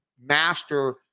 master